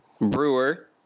Brewer